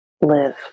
live